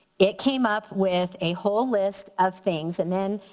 it came up with a whole list of things and then,